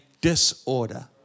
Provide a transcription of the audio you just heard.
disorder